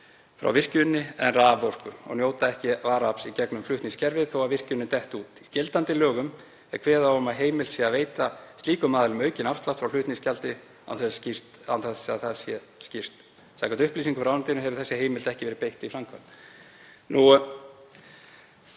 frá virkjuninni en raforku, og njóta ekki varaafls í gegnum flutningskerfið þó að virkjunin detti út. Í gildandi lögum er kveðið á um að heimilt sé að veita slíkum aðilum aukinn afslátt frá flutningsgjaldi án þess að það sé skýrt. Samkvæmt upplýsingum frá ráðuneytinu hefur þessari heimild ekki verið beitt í framkvæmd. Ég